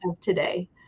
today